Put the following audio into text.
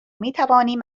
میتوانیم